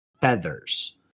feathers